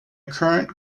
current